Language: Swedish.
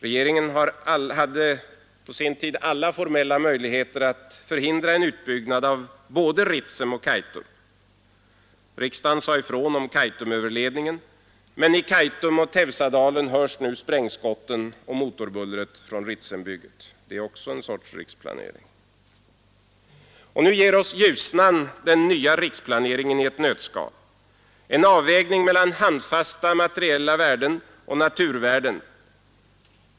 Regeringen hade på sin tid alla formella möjligheter att förhindra en utbyggnad av både Ritsem och Kaitum. Riksdagen sade ifrån om Kaitumöverledningen. Men i Kaitum och Teusadalen hörs nu sprängskotten och motorbullret från Ritsembygget. Det är också en sorts riksplanering. Och nu ger oss Ljusnan den nya riksplaneringen i ett nötskal. Det gäller en avvägning mellan handfasta materiella värden och naturvärden.